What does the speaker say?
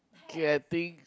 okay I think